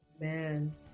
Amen